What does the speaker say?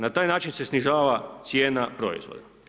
Na taj način se snižava cijena proizvoda.